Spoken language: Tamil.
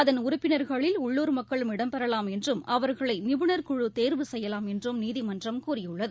அதன் உறுப்பினர்களில் உள்ளூர் மக்களும் இடம் பெறலாம் என்றும் அவர்களைநிபுணர்குழுதோவு செய்யலாம் என்றும் நீதிமன்றம் கூறியுள்ளது